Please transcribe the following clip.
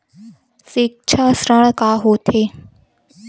सिक्छा ऋण का होथे?